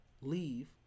leave